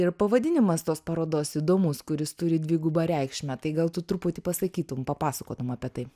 ir pavadinimas tos parodos įdomus kuris turi dvigubą reikšmę tai gal tu truputį pasakytum papasakotum apie tai